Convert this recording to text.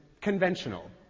conventional